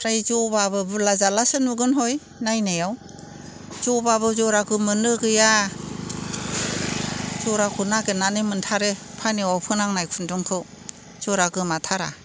फ्राय ज'बाबो बुरला जारलासो नुगोन हय नायनायाव जबाबो जराखौ मोननो गैया जराखौ नागिरनानै मोनथारो फानेवआव फोनांनाय खुन्दुंखौ जरा गोमाथारा